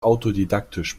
autodidaktisch